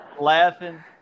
laughing